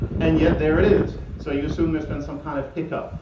and yet, there it is, so you assume there's been some kind of hiccup.